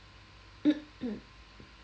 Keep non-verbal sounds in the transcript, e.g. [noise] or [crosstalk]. [coughs]